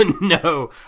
No